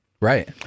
Right